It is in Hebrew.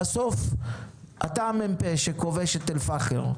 בסוף אתה המ"פ שכובש את אל-פאחר.